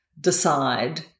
decide